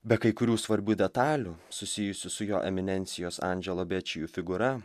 be kai kurių svarbių detalių susijusių su jo eminencijos andželo bečiju figūra